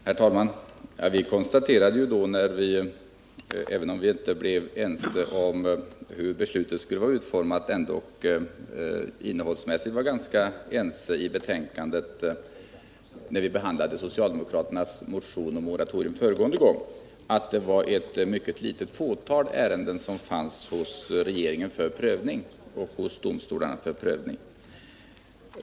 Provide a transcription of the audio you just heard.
Herr talman! Även om vi inte blev ense om beslutets utformning, konstaterade vi att vi var ganska överens när det gällde innehållet i betänkandet när vi behandlade socialdemokraternas motion om moratorium förra gången. Det fanns ett mycket litet antal ärenden hos regeringen och domstolarna för prövning.